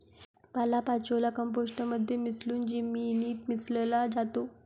पालापाचोळा कंपोस्ट मध्ये मिसळून जमिनीत मिसळला जातो